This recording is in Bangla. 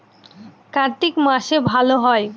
কার্তিক মাসে ভালো হয়?